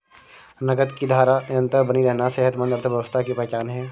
नकद की धारा निरंतर बनी रहना सेहतमंद अर्थव्यवस्था की पहचान है